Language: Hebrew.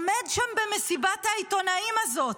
עומד שם במסיבת העיתונאים הזאת.